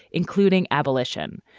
including abolition.